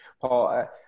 Paul